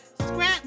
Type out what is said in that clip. Scrap